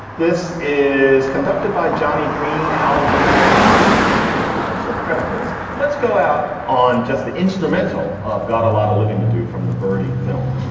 this is conducted by johnny green. al woodberry, does the arrangements. people deserve credit for this. let's go out on just the instrumental of got a lot of living to do from the birdie film